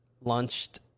launched